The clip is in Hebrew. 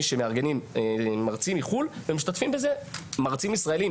שמארגנים מרצים מחו"ל ומשתתפים בזה מרצים ישראלים.